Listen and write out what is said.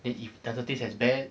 then if it doesn't as bad